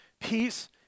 Peace